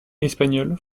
espagnol